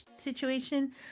situation